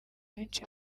benshi